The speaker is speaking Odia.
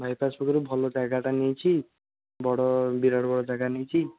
ବାଇପାସ୍ ପାଖରୁ ଭଲ ଜାଗାଟା ନେଇଛି ବଡ଼ ବିରାଟ ବଡ଼ ଜାଗା ନେଇଛି